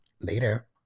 Later